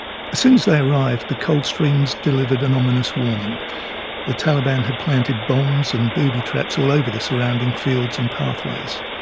soon as they arrived, the coldstreams delivered an ominous warning the taliban had planted bombs and booby traps all over the surrounding fields and paths.